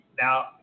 Now